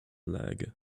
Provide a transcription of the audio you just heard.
lag